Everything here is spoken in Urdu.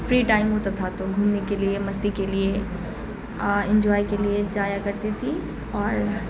فری ٹائم ہوتا تھا تو گھومنے کے لیے مستی کے لیے انجوائے کے لیے جایا کرتی تھی اور